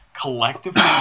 collectively